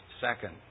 second